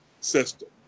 system